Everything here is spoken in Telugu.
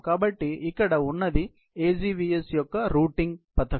కాబట్టి ఇక్కడ ఉన్నది AGVS యొక్క రూటింగ్ పథకం